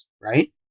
right